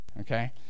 okay